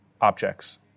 objects